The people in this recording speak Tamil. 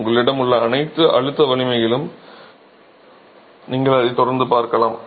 உங்களிடம் உள்ள அனைத்து அழுத்த வலிமைகளிலும் நீங்கள் அதை தொடர்ந்து பார்க்கலாம்